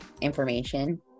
information